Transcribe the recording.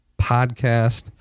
Podcast